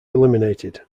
eliminated